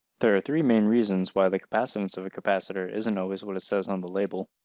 there are three main reasons why the capacitance of a capacitor isn't always what it says on the label